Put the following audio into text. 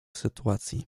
sytuacji